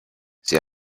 sie